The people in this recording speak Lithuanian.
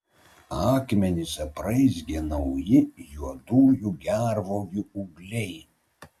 akmenis apraizgė nauji juodųjų gervuogių ūgliai